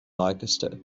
leicester